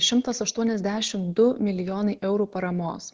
šimtas aštuoniasdešim du milijonai eurų paramos